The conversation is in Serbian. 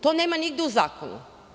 To nema nigde u zakonu.